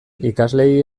ikasleei